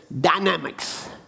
Dynamics